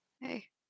Hey